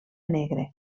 negre